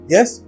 Yes